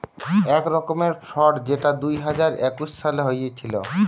এক রকমের ফ্রড যেটা দুই হাজার একুশ সালে হয়েছিল